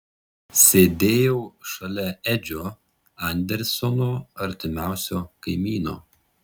sėdėjau šalia edžio andersono artimiausio kaimyno